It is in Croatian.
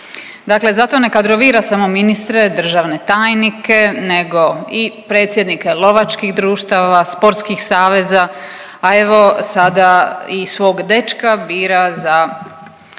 Dakle, zato ne kadrovira samo ministre, državne tajnike nego i predsjednike lovačkih društava, sportskih saveza, a evo sada i svog dečka bira za